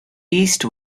east